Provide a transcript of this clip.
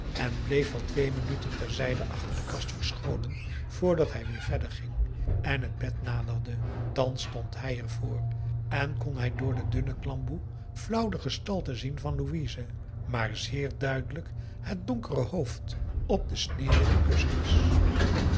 en bleef wel twee minuten ter zijde achter de kast verscholen vrdat hij weer verder ging en het bed naderde thans stond hij er voor en kon hij door de dunne klamboe flauw p a daum de van der lindens c s onder ps maurits de gestalte zien van louise maar zeer duidelijk het donkere hoofd op de sneeuwwitte kussens